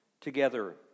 together